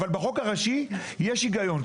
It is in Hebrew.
אבל בחוק הראשי יש היגיון.